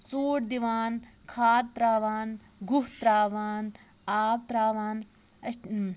ژوٗڈ دِوان کھاد ترٛاوان گوہ ترٛاوان آب ترٛاوان أسۍ